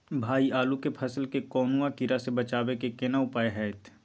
भाई आलू के फसल के कौनुआ कीरा से बचाबै के केना उपाय हैयत?